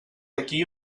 aquí